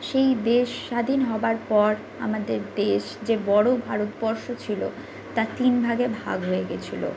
সেই দেশ স্বাধীন হওয়ার পর আমাদের দেশ যে বড় ভারতবর্ষ ছিল তা তিন ভাগে ভাগ হয়ে গিয়েছিল